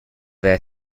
their